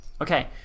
Okay